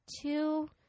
two